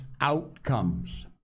Outcomes